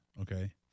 Okay